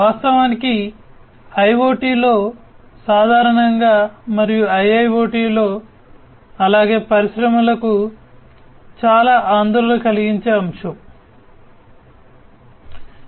వాస్తవానికి IoT లో సాధారణంగా మరియు IIoT లో అలాగే పరిశ్రమలకు చాలా ఆందోళన కలిగించే అంశం